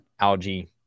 algae